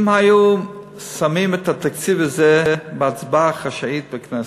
אם היו מצביעים על התקציב הזה בהצבעה חשאית בכנסת,